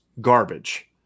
garbage